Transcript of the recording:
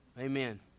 Amen